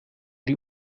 die